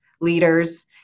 leaders